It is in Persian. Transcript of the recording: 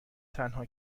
تنها